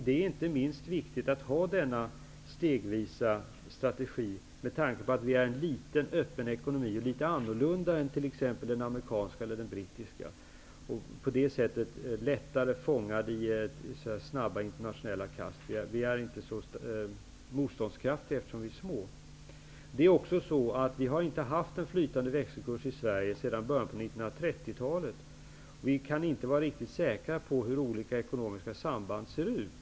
Det är inte minst viktigt att ha denna stegvisa strategi med tanke på att den svenska ekonomin är liten och öppen och litet annorlunda än t.ex. den amerikanska eller den brittiska och på det sättet lättare fångad i snabba internationella kast. Vi är inte så motståndskraftiga, eftersom vi är små. Vi har inte heller haft en flytande växelkurs i Sverige sedan början av 1930-talet. Vi kan inte vara riktigt säkra på hur olika ekonomiska samband ser ut.